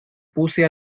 puse